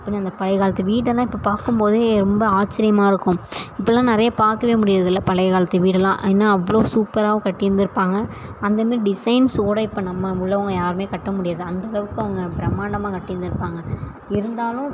அப்படின்னு அந்த பழைய காலத்து வீடெல்லாம் இப்போ பார்க்கும் போதே ரொம்ப ஆச்சரியமா இருக்கும் இப்போல்லாம் நிறைய பார்க்கவே முடியறதில்லை பழைய காலத்து வீடெல்லாம் ஏன்னால் அவ்வளோ சூப்பராக கட்டியிருந்துருப்பாங்க அந்த மாதிரி டிசைன்ஸ் கூட நம்ம உள்ளவங்கள் யாருமே கட்ட முடியாது அந்த அளவுக்கு அவங்க பிரம்மாண்டமாக கட்டியிருந்துருப்பாங்க இருந்தாலும்